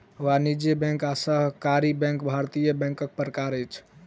वाणिज्य बैंक आ सहकारी बैंक भारतीय बैंकक प्रकार अछि